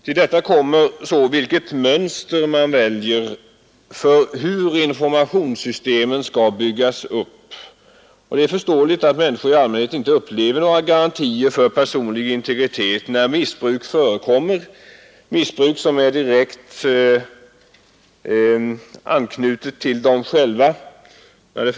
Till detta 99 kommer så vilket mönster man väljer för hur informationssystemen skall byggas upp, och det är förståeligt att människor i allmänhet inte upplever några garantier för personlig integritet när olika, stötande former av missbruk förekommer — missbruk som direkt berör dem själva.